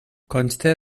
consta